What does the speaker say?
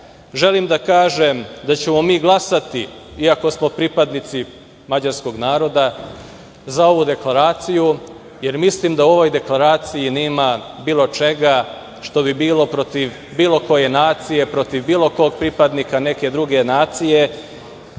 želim da kažem da ćemo mi glasati, iako smo pripadnici mađarskog naroda, za ovu deklaraciju jer mislim da u ovoj deklaraciji nema ničega što bi bilo protiv bilo koje nacije, protiv bilo kog pripadnika neke druge nacije,